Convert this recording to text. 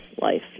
life